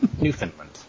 Newfoundland